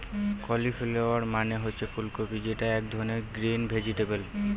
cauliflower মানে হচ্ছে ফুল কপি যেটা এক ধরনের গ্রিন ভেজিটেবল